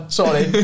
sorry